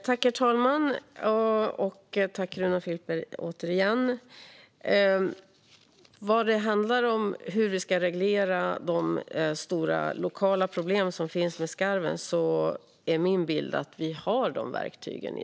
Herr talman! När det gäller hur vi ska reglera de stora lokala problem som finns med skarven är min bild att vi i dag har de verktygen.